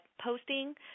posting